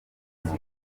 kujya